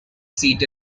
seat